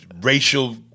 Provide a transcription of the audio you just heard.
racial